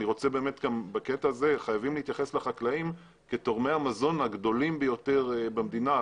בקטע הזה חייבים להתייחס לחקלאים כתורמי המזון הגדולים ביותר במדינה.